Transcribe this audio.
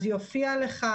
אז יופיע לך,